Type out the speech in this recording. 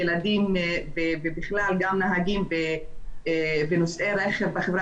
ילדים ובכלל גם נהגים ונוסעי רכב בחברה